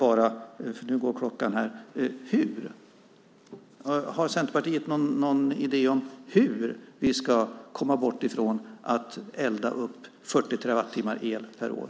Har Centerpartiet någon idé om hur vi ska komma bort från att elda upp 40 terawattimmar el per år?